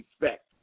respect